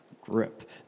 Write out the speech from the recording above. grip